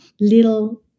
little